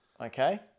okay